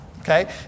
okay